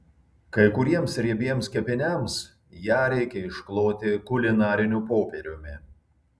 kai kuriems riebiems kepiniams ją reikia iškloti kulinariniu popieriumi